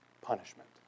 punishment